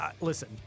listen